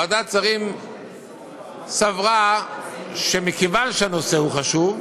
ועדת השרים סברה שמכיוון שהנושא הוא חשוב,